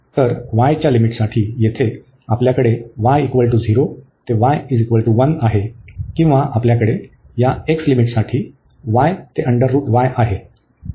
तर y च्या लिमिटसाठी येथे आपल्याकडे y 0 ते y 1 आहे किंवा आपल्याकडे या x लिमिटसाठी y ते आहे